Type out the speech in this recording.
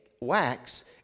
wax